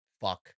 Fuck